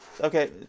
Okay